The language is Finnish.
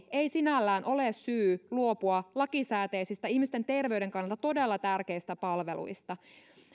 ei sinällään ole syy luopua lakisääteisistä ihmisten terveyden kannalta todella tärkeistä palveluista